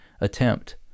attempt